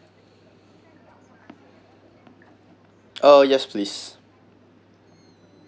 uh yes please